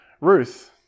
Ruth